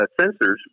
sensors